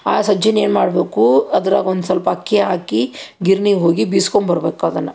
ಆ ಸಜ್ಜಿನ ಏನು ಮಾಡ್ಬೇಕು ಅದ್ರಾಗ ಒಂದು ಸಲ್ಪ ಅಕ್ಕಿ ಹಾಕಿ ಗಿರ್ಣಿ ಹೋಗಿ ಬೀಸ್ಕೊಂಬರ್ಬೇಕು ಅದನ್ನು